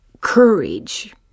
courage